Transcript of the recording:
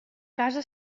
casa